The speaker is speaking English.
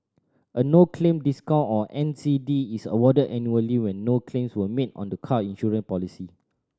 a no claim discount or N C D is awarded annually when no claims were made on the car insurance policy